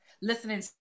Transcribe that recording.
listening